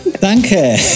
Danke